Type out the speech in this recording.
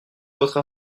votre